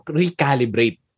recalibrate